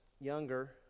younger